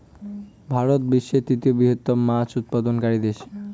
ভারত বিশ্বের তৃতীয় বৃহত্তম মাছ উৎপাদনকারী দেশ